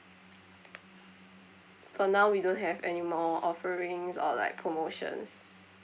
for now we don't have anymore offerings or like promotions